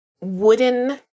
wooden